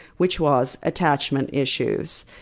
which was attachment issues.